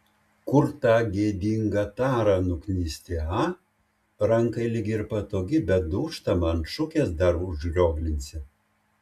kur tą gėdingą tarą nuknisti a rankai lyg ir patogi bet dūžtama ant šukės dar užrioglinsi